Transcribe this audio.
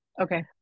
Okay